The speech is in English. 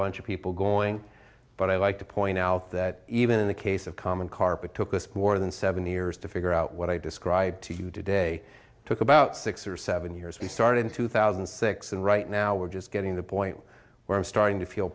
bunch of people going but i like to point out that even in the case of common carpet took us more than seventy years to figure out what i described to you today took about six or seven years we started in two thousand and six and right now we're just getting the point where i'm starting to feel